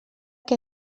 que